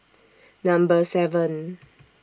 Number seven